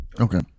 Okay